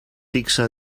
fixa